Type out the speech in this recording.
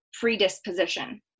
predisposition